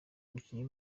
umukinnyi